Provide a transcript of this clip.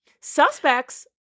Suspects